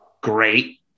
Great